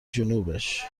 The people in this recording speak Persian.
جنوبش